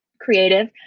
creative